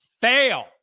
Fail